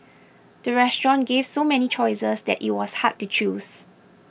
the restaurant gave so many choices that it was hard to choose